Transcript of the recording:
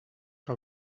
que